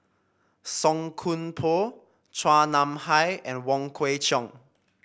Song Koon Poh Chua Nam Hai and Wong Kwei Cheong